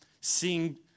seeing